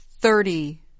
Thirty